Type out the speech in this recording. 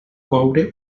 coure